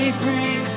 free